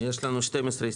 תגיד לי על מה, על איזה נושא.